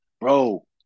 Bro